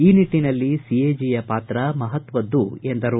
ಈ ನಿಟ್ಟಿನಲ್ಲಿ ಸಿಎಜಿಯ ಪಾತ್ರ ಮಹತ್ತದ್ದು ಎಂದರು